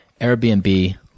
Airbnb